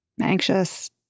anxious